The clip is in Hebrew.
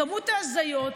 כמות ההזיות,